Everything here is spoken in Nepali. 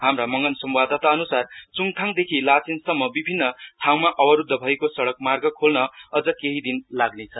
हाम्रा मंगन सम्वाददाता अन्सार चुडथाङ देखि लाचेनसम्म विभिन्न ठाउँमा अवरूद्ध भएको सड़क मार्ग खोल्न अढ केहि दिन लाग्ने छ